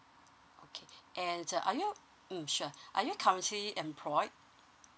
okay and uh are you mm sure are you currently employed